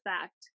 fact